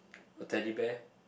a Teddy Bear